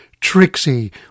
Trixie